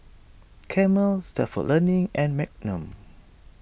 Camel Stalford Learning and Magnum